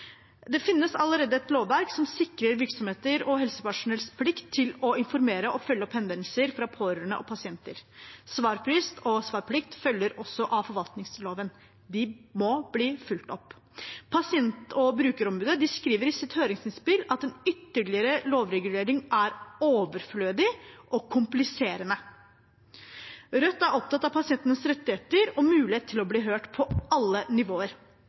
Det finnes allerede et lovverk som sikrer virksomheter og helsepersonells plikt til å informere og følge opp henvendelser fra pårørende og pasienter. Svarfrist og svarplikt følger også av forvaltningsloven. De må bli fulgt opp. Pasient- og brukerombudet skriver i sitt høringsinnspill at en ytterligere lovregulering er overflødig og kompliserende. Rødt er opptatt av pasientenes rettigheter og mulighet til å bli hørt på alle nivåer,